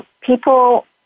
people